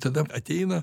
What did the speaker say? tada ateina